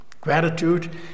Gratitude